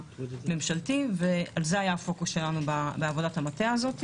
הממשלתי ועל כך היה הפוקוס שלנו בעבודת המטה הזו.